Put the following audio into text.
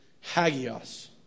hagios